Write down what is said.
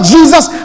Jesus